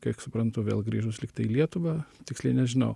kiek suprantu vėl grįžus lyg tai į lietuvą tiksliai nežinau